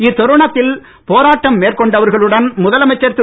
இத்தருணத்தில் போராட்டம் மேற்கொண்டவர்களுடன் முதலமைச்சர் திரு